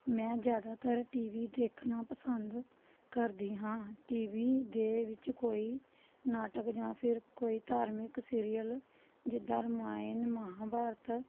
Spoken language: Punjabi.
ਮੈਂ ਜ਼ਿਆਦਾਤਰ ਟੀ ਵੀ ਦੇਖਣਾ ਪਸੰਦ ਕਰਦੀ ਹਾਂ ਟੀ ਵੀ ਦੇ ਵਿੱਚ ਕੋਈ ਨਾਟਕ ਜਾਂ ਫਿਰ ਕੋਈ ਧਾਰਮਿਕ ਸੀਰੀਅਲ ਜਿੱਦਾਂ ਰਮਾਇਣ ਮਹਾਂਭਾਰਤ